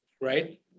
right